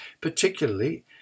particularly